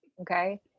okay